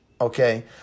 Okay